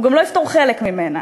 הוא גם לא יפתור חלק ממנה.